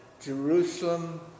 Jerusalem